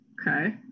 Okay